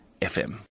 FM